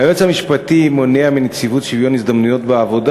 היועץ המשפטי מונע מנציבות שוויון ההזדמנויות בעבודה